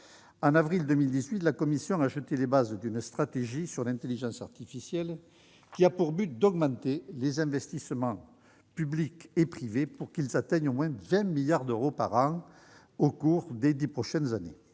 En avril 2018, la Commission a jeté les bases d'une stratégie sur l'intelligence artificielle ayant pour but d'augmenter les investissements publics et privés, afin qu'ils atteignent au moins 20 milliards d'euros par an au cours des dix prochaines années.